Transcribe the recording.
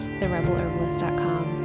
therebelherbalist.com